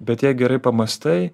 bet jei gerai pamąstai